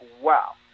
wow